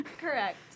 correct